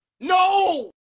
no